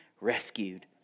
rescued